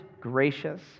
gracious